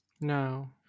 No